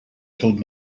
told